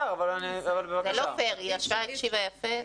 זה לא פייר, היא ישבה, הקשיבה יפה.